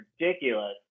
ridiculous